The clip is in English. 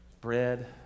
bread